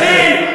לכן,